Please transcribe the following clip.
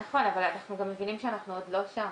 נכון, אבל אנחנו גם מבינים שאנחנו עוד לא שם,